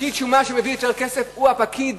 פקיד שומה שמביא יותר כסף הוא הפקיד